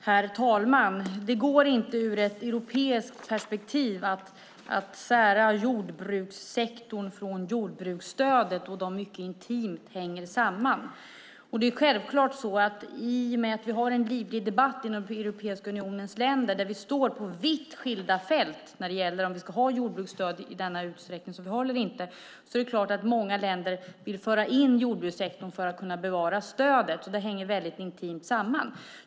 Herr talman! Det går inte i ett europeiskt perspektiv att sära jordbrukssektorn från jordbruksstödet då de mycket intimt hänger samman. I och med att vi har en livlig debatt inom Europeiska unionens länder där vi står på vitt skilda fält när det gäller om vi ska ha jordbruksstöd i den utsträckning som vi har eller inte är det självklart att många länder vill föra in jordbrukssektorn för att kunna bevara stödet. Det hänger intimt samman.